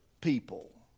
people